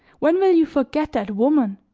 when will you forget that woman?